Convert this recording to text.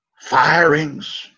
Firings